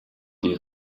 die